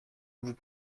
vous